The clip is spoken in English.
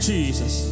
Jesus